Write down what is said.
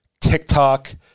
TikTok